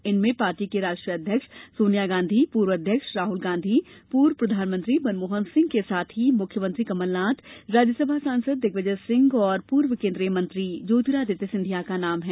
इनमें पार्टी की राष्ट्रीय अध्यक्ष सोनिया गांधी पूर्व अध्यक्ष राहुल गांधी पूर्व प्रधानमंत्री मनमोहन सिंह के साथ ही मुख्यमंत्री कमलनाथ राज्यसभा सांसद दिग्विजय सिंह और पूर्व केन्द्रीय मंत्री ज्योतिरादित्य सिंधिया का नाम है